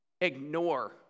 ignore